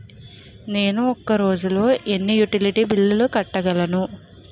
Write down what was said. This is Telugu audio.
నేను ఒక రోజుల్లో ఎన్ని యుటిలిటీ బిల్లు కట్టగలను?